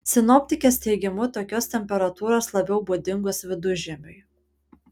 sinoptikės teigimu tokios temperatūros labiau būdingos vidužiemiui